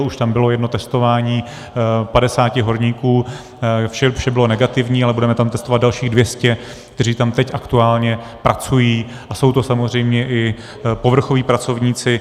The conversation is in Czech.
Už tam bylo jedno testování 50 horníků, vše bylo negativní, ale budeme tam testovat dalších 200, kteří tam teď aktuálně pracují, a jsou to samozřejmě i povrchoví pracovníci.